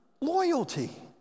loyalty